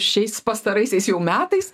šiais pastaraisiais jau metais